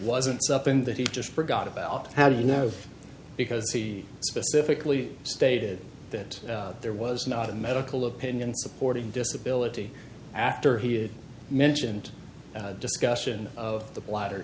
wasn't something that he just forgot about how do you know because he specifically stated that there was not a medical opinion supporting disability after he mentioned discussion of the bladder